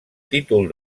títol